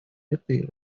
этой